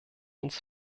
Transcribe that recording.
uns